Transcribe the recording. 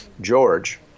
George